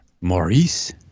Maurice